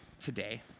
today